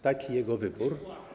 Taki jego wybór.